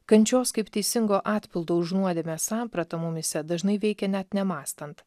kančios kaip teisingo atpildo už nuodėmę samprata mumyse dažnai veikia net nemąstant